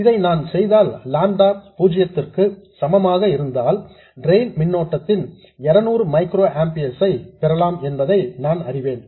இதை நான் செய்தால் லாம்டா 0 க்கு சமமாக இருந்தால் ட்ரெயின் மின்னோட்டத்தின் 200 மைக்ரோஆம்பியர்ஸ் ஐ பெறலாம் என்பதை நான் அறிவேன்